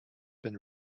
been